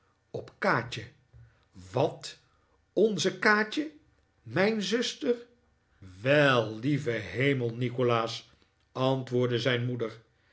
op kaatje wat onze kaatje mijn zuster r wel lieve hemel nikolaas antwoordde zijn moeder